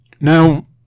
Now